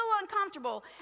uncomfortable